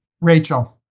rachel